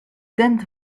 tent